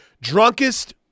Drunkest